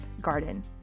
Garden